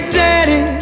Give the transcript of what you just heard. daddy